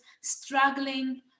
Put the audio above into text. struggling